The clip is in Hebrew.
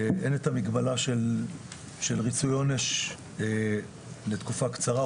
אין את המגבלה של ריצוי עונש לתקופה קצרה.